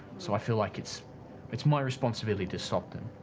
so i feel like it's it's my responsibility to stop them.